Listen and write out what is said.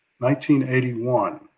1981